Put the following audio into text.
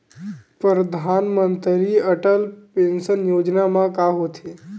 परधानमंतरी अटल पेंशन योजना मा का होथे?